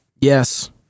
Yes